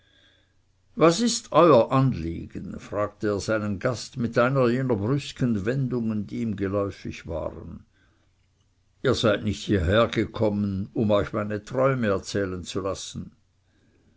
was ist euer anliegen fragte er seinen gast mit einer jener brüsken wendungen die ihm geläufig waren ihr seid nicht hierhergekommen um euch meine träume erzählen zu lassen